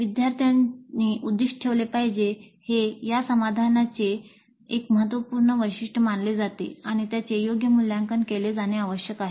विद्यार्थ्यांनी उद्दीष्ट ठेवले पाहिजे या समाधानाचे हे एक महत्त्वपूर्ण वैशिष्ट्य मानले जाते आणि त्याचे योग्य मूल्यांकन केले जाणे आवश्यक आहे